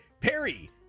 Perry